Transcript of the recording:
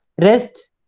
rest